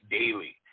daily